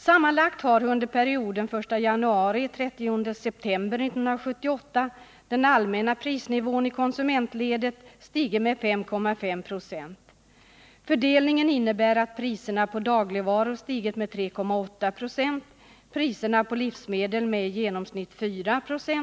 Sammanlagt har under perioden 1 januari — 30 september 1978 den allmänna prisnivån i konsumentledet stigit med 5,5 96. Fördelningen innebär att priserna på dagligvaror stigit med 3,8 96 och priserna på livsmedel med i genomsnitt 4 96.